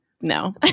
No